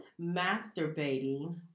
masturbating